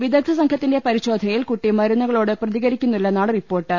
വിദഗ്ധ സംഘത്തിന്റെ പരിശോധനയിൽ കുട്ടി മരുന്നുകളോട് പ്രതി കരിക്കുന്നില്ലെന്നാണ് റിപ്പോർട്ട്